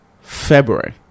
February